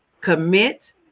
commit